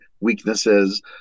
weaknesses